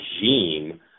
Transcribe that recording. regime